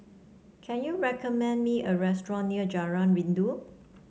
can you recommend me a restaurant near Jalan Rindu